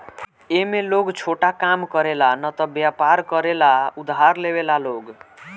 ए में लोग छोटा काम करे ला न त वयपर करे ला उधार लेवेला लोग